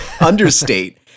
understate